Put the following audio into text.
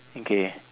okay